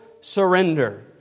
surrender